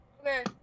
Okay